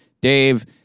Dave